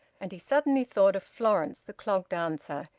and he suddenly thought of florence, the clog-dancer.